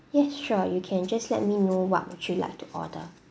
yes sure you can just let me know what would you like to order